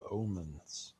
omens